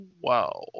Wow